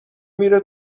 میره